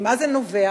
ממה זה נובע?